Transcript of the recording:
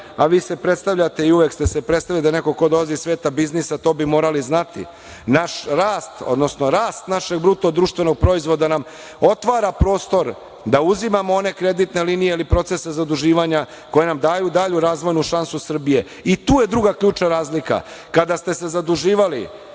a vi se predstavljate,i uvek ste se predstavljali, za nekog ko dolazi iz sveta biznisa to bi morali znati. Naš rast, odnosno rast našeg BDP-a nam otvara prostor da uzimamo one kreditne linije ili procese zaduživanja koji nam daju dalju razvojnu šansu Srbije. I tu je druga ključna razlika. Kada ste se zaduživali,